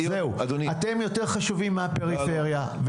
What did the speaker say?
אתם יותר חשובים מהפריפריה.